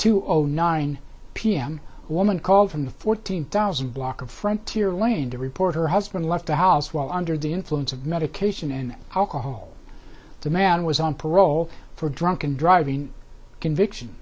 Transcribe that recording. two o nine p m woman called from the fourteen thousand block of frontier lane to report her husband left the house while under the influence of medication and alcohol the man was on parole for drunken driving conviction